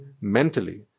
mentally